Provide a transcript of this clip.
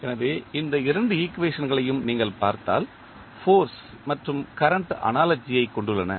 எனவே இந்த இரண்டு ஈக்குவேஷன்களையும் நீங்கள் பார்த்தால் ஃபோர்ஸ் மற்றும் கரண்ட் அனாலஜி ஐ கொண்டுள்ளன